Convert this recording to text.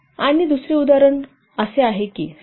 आणि दुसरे उदाहरण असे की ते आहे